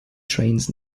trains